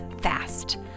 fast